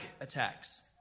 attacks